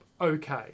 okay